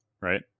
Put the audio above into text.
right